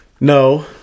No